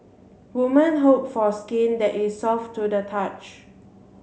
woman hope for skin that is soft to the touch